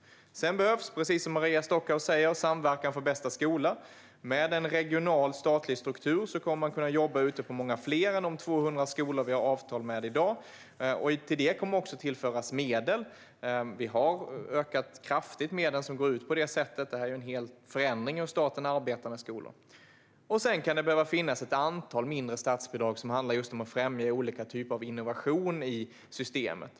Sedan behövs, precis som Maria Stockhaus säger, Samverkan för bästa skola. Med en regional och statlig struktur kommer man att kunna jobba på många fler än de 200 skolor vi har avtal med i dag. Till detta kommer medel att tillföras. Vi har kraftigt ökat medlen som går ut på det sättet. Det är fråga om en hel förändring av hur staten arbetar med skolan. Det kan också behöva finnas ett antal mindre statsbidrag som handlar om att främja olika typer av innovation i systemet.